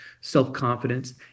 self-confidence